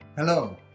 Hello